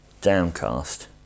downcast